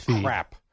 crap